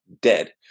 Dead